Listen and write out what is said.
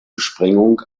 sprengung